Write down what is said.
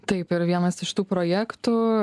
taip ir vienas iš tų projektų